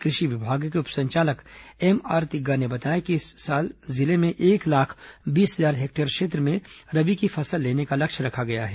कृषि विभाग के उप संचालक एमआर तिग्गा ने बताया कि इस साल जिले में एक लाख बीस हजार हेक्टेयर क्षेत्र में रबी की फसल लेने का लक्ष्य रखा गया है